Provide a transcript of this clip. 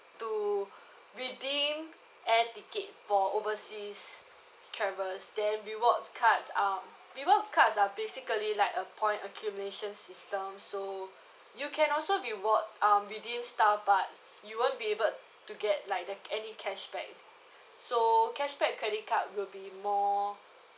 to redeem air ticket for overseas travells then rewards cards are rewards card are basically like a point accumulation system so you can also reward um redeem stuff but you won't be able to get like the any cashback so cashback credit card will be more